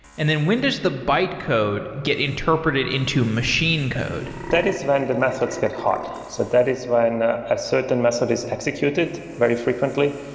and then when does the bytecode get interpreted into machine code? that is when the message get hot. so that is when a certain message is executed very frequently,